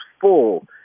full